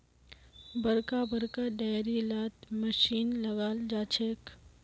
बड़का बड़का डेयरी लात मशीन लगाल जाछेक